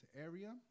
area